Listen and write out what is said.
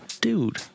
dude